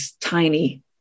tiny